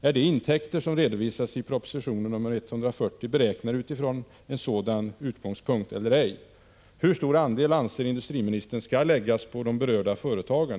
Är de intäkter som redovisas i proposition 140 beräknade ifrån en sådan utgångspunkt eller ej? Hur stor andel anser industriministern skall läggas på de berörda företagen?